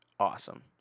Awesome